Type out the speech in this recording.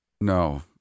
No